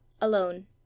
Alone